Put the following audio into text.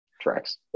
tracks